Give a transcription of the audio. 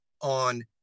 on